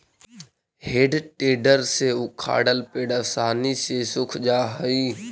हेइ टेडर से उखाड़ल पेड़ आसानी से सूख जा हई